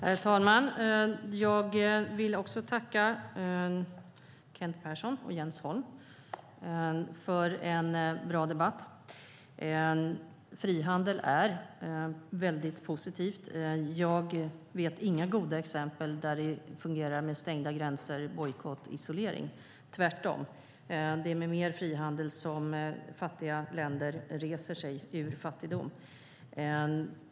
Herr talman! Jag tackar Kent Persson och Jens Holm för en bra debatt. Frihandel är väldigt positivt. Jag vet inga goda exempel där det fungerar med stängda gränser, bojkott och isolering. Tvärtom är det med mer frihandel som fattiga länder reser sig ur fattigdom.